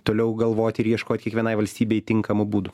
toliau galvoti ir ieškot kiekvienai valstybei tinkamų būdų